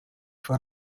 for